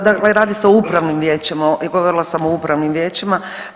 Dakle radi se o upravnim vijećima i govorila sam o upravnim vijećima.